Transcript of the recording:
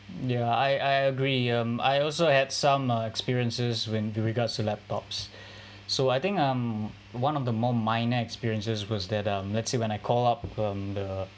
ya I I agree um I also had some uh experiences when with regards to laptops so I think um one of the more minor experiences was that um let's say when I call up um the